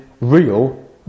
real